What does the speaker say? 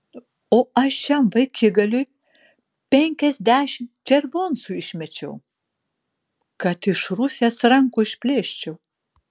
o aš šiam vaikigaliui penkiasdešimt červoncų išmečiau kad iš rusės rankų išplėščiau